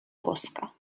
boska